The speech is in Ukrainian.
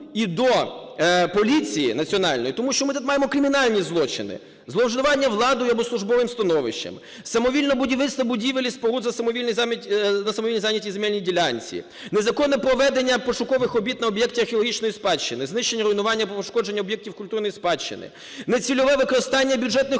і до поліції Національної, тому що ми тут маємо кримінальні злочини – зловживання владою або службовим становищем; самовільне будівництво будівель і споруд на самовільно зайнятій земельній ділянці; незаконне проведення пошукових робіт на об'єктах археологічної спадщини; знищення, руйнування або ушкодження об'єктів культурної спадщини; нецільове використання бюджетних